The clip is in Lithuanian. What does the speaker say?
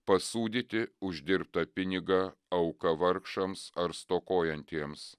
pasūdyti uždirbtą pinigą auka vargšams ar stokojantiems